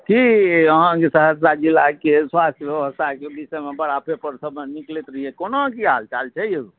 की अहाँकेँ सहरसा जिलाके स्वास्थ्य व्यवस्थाके विषयमे बड़ा पेपर सबमे निकलैत रहैया कोना की हाल चाल छै यौ